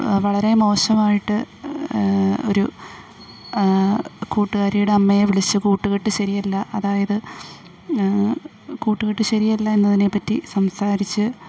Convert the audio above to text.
വളരെ മോശമായിട്ട് ഒരു കൂട്ടുകാരിയുടെ അമ്മയെ വിളിച്ച് കൂട്ടുകെട്ടു ശരിയല്ല അതായത് കൂട്ടുകെട്ടു ശരിയല്ല എന്നതിനെപ്പറ്റി സംസാരിച്ച്